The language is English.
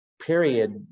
period